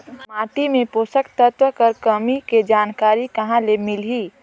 माटी मे पोषक तत्व कर कमी के जानकारी कहां ले मिलही?